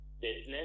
business